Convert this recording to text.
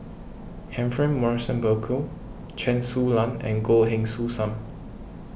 Humphrey Morrison Burkill Chen Su Lan and Goh Heng Soon Sam